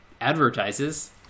advertises